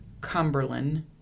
Cumberland